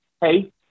hey